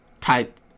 type